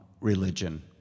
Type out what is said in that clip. religion